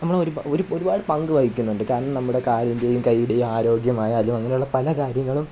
നമ്മളുടെ ഒരുപാട് പങ്ക് വഹിക്കുന്നുണ്ട് കാരണം നമ്മുടെ കാലിൻ്റെയും കയ്യിടെയും ആരോഗ്യമായാലും അങ്ങനെയുള്ള പല കാര്യങ്ങളും